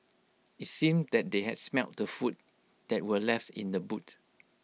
IT seemed that they has smelt the food that were left in the boot